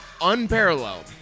unparalleled